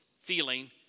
feeling